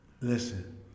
Listen